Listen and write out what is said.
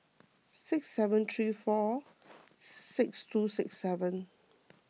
six seven three four six two six seven